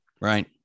right